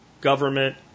government